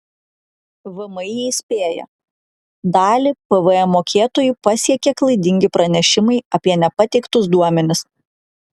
vmi įspėja dalį pvm mokėtojų pasiekė klaidingi pranešimai apie nepateiktus duomenis